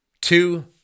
two